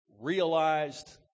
realized